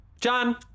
John